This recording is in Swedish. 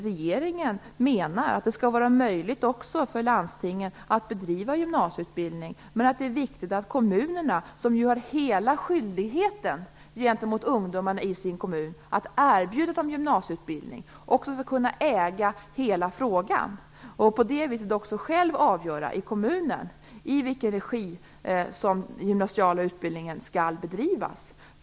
Regeringen menar att det skall vara möjligt även för landstingen att bedriva gymnasieutbildning men att det är viktigt att kommunerna, som ju har hela skyldigheten gentemot ungdomarna i sin kommun att erbjuda dem gymnasieutbildning, också skall kunna äga hela frågan och på det viset också själva avgöra i vilken regi den gymnasiala utbildningen skall bedrivas.